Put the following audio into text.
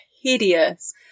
hideous